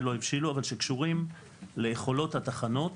לא הבשילו אבל קשורים ליכולות התחנות